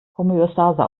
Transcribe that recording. homöostase